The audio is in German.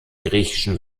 griechischen